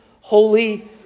holy